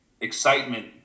excitement